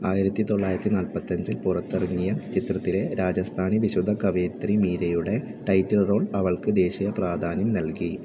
ആയിരത്തി തൊള്ളായിരത്തി നാൽപത്തഞ്ചിൽ പുറത്തിറങ്ങിയ ചിത്രത്തിലെ രാജസ്ഥാനി വിശുദ്ധ കവയിത്രി മീരയുടെ ടൈറ്റിൽ റോൾ അവൾക്ക് ദേശീയ പ്രാധാന്യം നൽകി